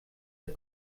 der